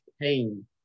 pain